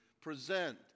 present